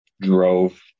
drove